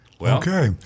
Okay